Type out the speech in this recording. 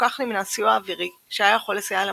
וכך נמנע סיוע אווירי שהיה יכול לסייע למורדים.